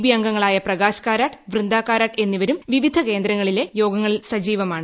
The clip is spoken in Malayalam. ബി അംഗങ്ങളായ പ്രകാശ് കാരാട്ട് വൃന്ദ കാരാട്ട് എന്നിവരും വിവിധ കേന്ദ്രങ്ങളിലെ യോഗങ്ങളിൽ സജീവമാണ്